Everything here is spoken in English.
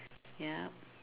ya